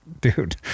dude